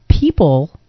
People